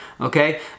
okay